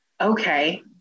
okay